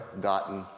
gotten